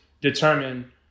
determine